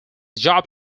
job